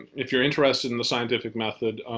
if you're interested in the scientific method,